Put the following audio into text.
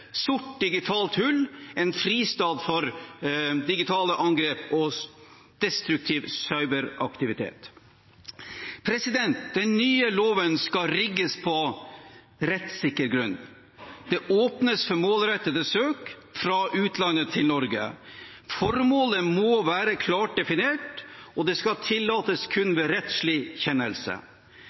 sort digitalt hull, en fristat for digitale angrep og destruktiv cyberaktivitet. Den nye loven skal rigges på rettssikker grunn. Det åpnes for målrettede søk fra utlandet til Norge. Formålet må være klart definert, og det skal tillates kun ved rettslig kjennelse.